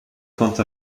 konnte